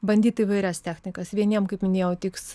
bandyt įvairias technikas vieniem kaip minėjau tiks